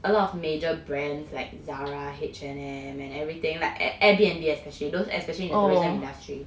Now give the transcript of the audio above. a lot of major brands like Zara H&M and everything like Airbnb especially those especially in the tourism industry